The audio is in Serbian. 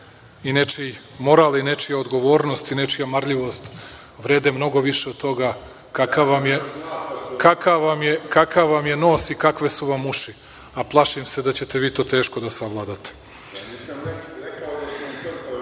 i nečiji moral i nečija odgovornost i nečija marljivost vreme mnogo više od toga kakav vam je nos i kakve su vam uši. Plašim se da ćete vi to teško da savladate.(Vojislav